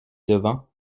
devant